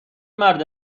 مرد